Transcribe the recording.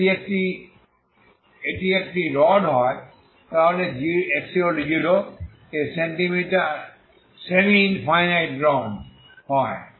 যদি এটি একটি রড হয় তাহলে x0 এ সেমি ইনফাইনাইট রড হয়